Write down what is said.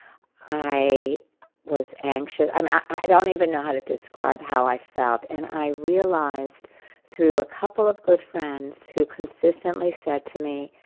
i was anxious. i don't even know how to describe how i felt. and i realized through a couple of good friends who consistently said to me,